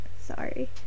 Sorry